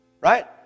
Right